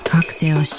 Cocktail